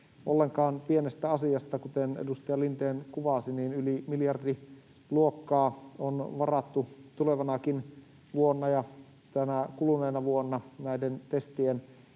ollenkaan pienestä asiasta. Kuten edustaja Lindén kuvasi, niin yli miljardiluokkaa on varattu tulevanakin vuonna ja tänä kuluneena vuonna näiden testien